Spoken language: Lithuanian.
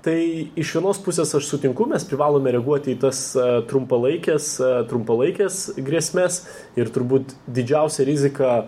tai iš vienos pusės aš sutinku mes privalome reaguoti į tas trumpalaikes trumpalaikes grėsmes ir turbūt didžiausia rizika